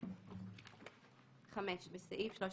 יימחקו, (5)בסעיף 13ח,